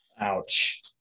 Ouch